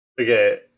Okay